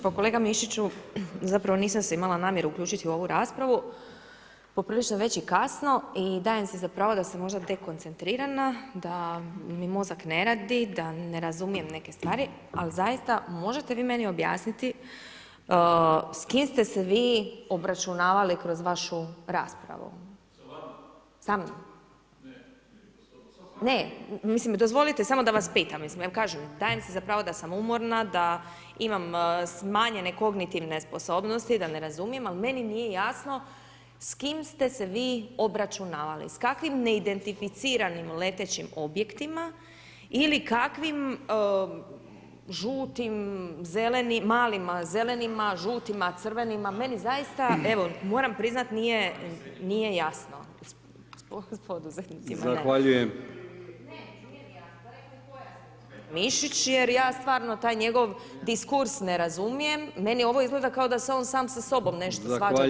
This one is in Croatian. Pa kolega Mišiću, zapravo, nisam se imala namjeru uključiti u ovu raspravu, poprilično je već i kasno i dajem si za pravo da sam možda dekoncentrirana, da mi mozak ne radi, da ne razumijem neke stravi, al, zaista možete vi meni objasniti s kim ste se vi obračunavali kroz vašu raspravu [[Upadica: Sa vama]] sa mnom, ne, dozvolite samo da vas pitam, mislim, jer kažem dajem si za pravo da sam umorna, da imam smanjene kognitivne sposobnosti, da ne razumijem, ali meni nije jasno s kim ste se vi obračunavali, s kakvim neidentificiranim letećim objektima ili kakvim žutim, malima zelenima, žutima, crvenima, meni zaista, evo, moram priznati, nije jasno, s poduzetnicima, ne [[Upadica: Zahvaljujem]] Ne, nije mi jasno… [[Govornik se ne čuje]] Mišić jer ja stvarno taj njegov diskurs ne razumijem, meni ovo izgleda kao da se on sam sa sobom nešto svađa